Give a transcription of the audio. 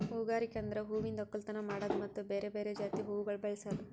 ಹೂಗಾರಿಕೆ ಅಂದುರ್ ಹೂವಿಂದ್ ಒಕ್ಕಲತನ ಮಾಡದ್ದು ಮತ್ತ ಬೇರೆ ಬೇರೆ ಜಾತಿ ಹೂವುಗೊಳ್ ಬೆಳಸದ್